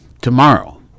tomorrow